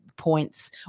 Points